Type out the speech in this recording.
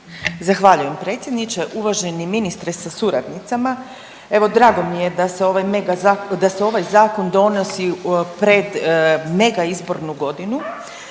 Zahvaljujem predsjedniče, uvaženi ministre sa suradnicama. Evo drago mi je se ovaj mega za…, da se ovaj zakon donosi pred mega izbornu godinu,